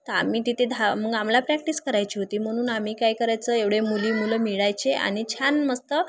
तर आम्ही तिथे दहा मग आम्हाला प्रॅक्टिस करायची होती म्हणून आम्ही काय करायचं एवढे मुली मुलं मिळायचे आणि छान मस्त